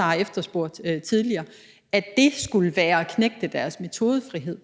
har efterspurgt tidligere. At det skulle være at knægte deres metodefrihed,